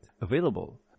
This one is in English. available